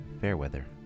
Fairweather